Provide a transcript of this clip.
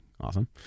Awesome